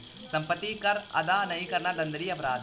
सम्पत्ति कर अदा नहीं करना दण्डनीय अपराध है